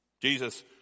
Jesus